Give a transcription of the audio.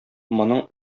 моның